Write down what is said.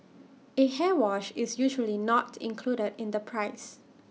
A hair wash is usually not included in the price